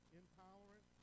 intolerant